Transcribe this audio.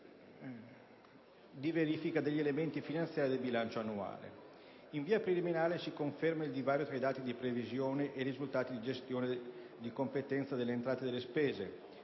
di verifica degli elementi finanziari del bilancio annuale. In via preliminare, si conferma il divario tra i dati di previsione e i risultati di gestione di competenza delle entrate e delle spese;